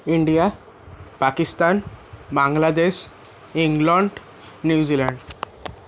India Pakistan Bangladesh England New Zealand